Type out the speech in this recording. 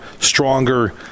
stronger